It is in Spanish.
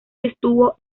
estuvo